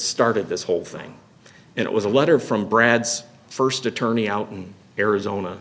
started this whole thing and it was a letter from brad's first attorney out in arizona